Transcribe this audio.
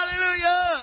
Hallelujah